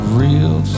real